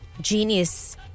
genius